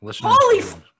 Holy